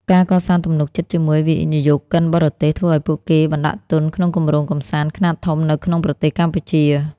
ការកសាងទំនុកចិត្តជាមួយវិនិយោគិនបរទេស ដើម្បីឱ្យពួកគេបណ្តាក់ទុនក្នុងគម្រោងកម្សាន្តខ្នាតធំនៅក្នុងប្រទេសកម្ពុជា។